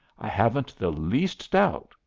i haven't the least doubt,